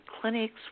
clinics